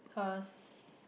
cause